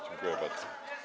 Dziękuję bardzo.